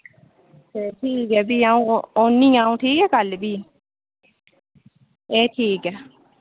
ते ठीक ऐ भी अ'ऊं औन्नियां आं अ'ऊं ठीक ऐ कल्ल भी ए ठीक ऐ